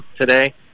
today